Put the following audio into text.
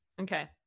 okay